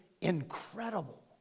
incredible